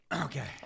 Okay